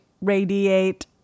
radiate